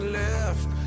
left